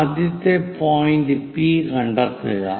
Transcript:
ആദ്യത്തെ point P1 കണ്ടെത്തുക